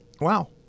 Wow